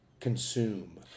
consume